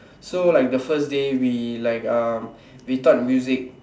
so like the first day we like um we taught music